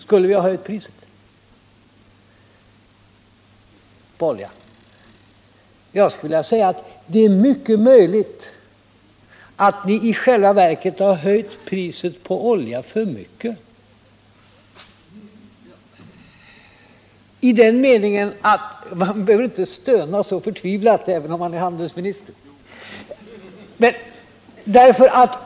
För min del skulle jag vilja säga att det är mycket möjligt att ni höjt priset på olja för mycket. — Man behöver ju inte stöna så förtvivlat som herr Cars nu gör, även om man är handelsminister.